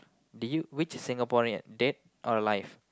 did you which Singaporean dead or alive